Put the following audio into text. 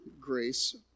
grace